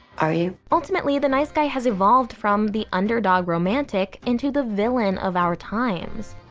are you? ultimately, the nice guy has evolved from the underdog romantic into the villain of our times.